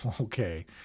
Okay